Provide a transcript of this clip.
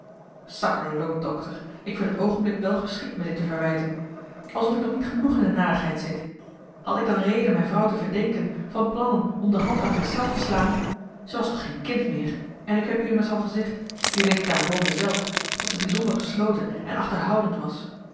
sakkerloot dokter ik vind het oogenblik wel geschikt me dit te verwijten alsof ik nog niet genoeg in de narigheid zit had ik dan reden mijn vrouw te verdenken van plannen om de hand aan zich zelf te slaan ze was toch geen kind meer en ik heb u immers al gezegd u weet t daarenboven zelf dat ze bijzonder gesloten en achterhoudend was